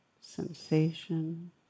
sensation